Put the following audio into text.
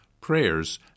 prayers